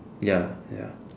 ya ya